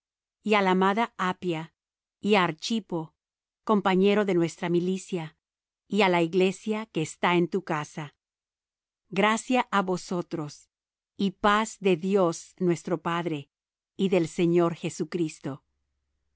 á la amada apphia y á archpo compañero de nuestra milicia y á la iglesia que está en tu casa gracia á vosotros y paz de dios nuestro padre y del señor jesucristo